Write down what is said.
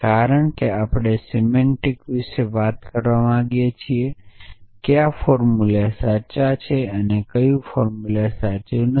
કારણ કે આપણે સિમેન્ટીક વિશે વાત કરવા માગીએ છીએ કે કયા ફોર્મુલા સાચા છે અને કયું ફોર્મુલા સાચું નથી